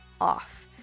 off